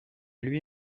lui